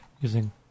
using